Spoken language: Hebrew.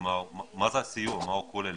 מה הסיוע כולל?